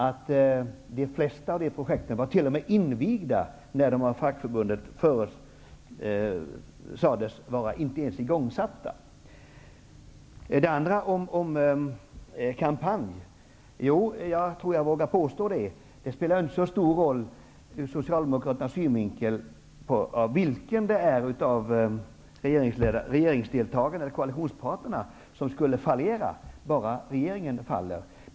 De flesta av de projekten var t.o.m. invigda, fast de av fackförbundet sades vara inte ens igångsatta. Jag tror att jag vågar tala om en kampanj. Det spelar inte så stor roll ur Socialdemokraternas synvinkel vilken av koalitionsparterna som skulle fallera bara regeringen faller.